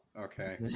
okay